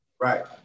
Right